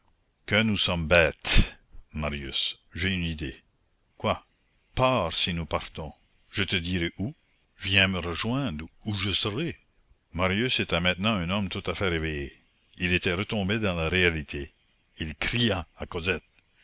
que nous sommes bêtes marius j'ai une idée quoi pars si nous partons je te dirai où viens me rejoindre où je serai marius était maintenant un homme tout à fait réveillé il était retombé dans la réalité il cria à cosette